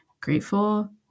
grateful